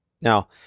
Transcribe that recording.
Now